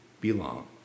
belong